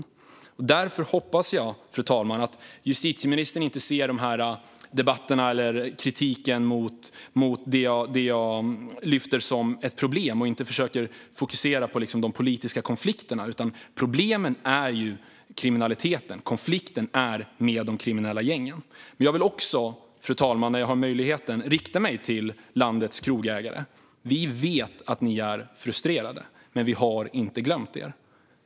Fru talman! Därför hoppas jag att justitieministern inte ser dessa debatter eller kritiken mot det som jag lyfter fram som ett problem och inte försöker fokusera på de politiska konflikterna. Problemet är kriminaliteten, och konflikten är med de kriminella gängen. Fru talman! När jag har möjlighet vill jag också rikta mig till landets krogägare: Vi vet att ni är frustrerade, men vi har inte glömt er.